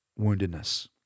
woundedness